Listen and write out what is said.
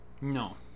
No